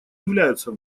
являются